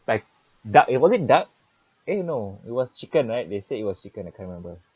like duck it wasn't duck eh no it was chicken right they said it was chicken I can't remember